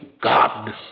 God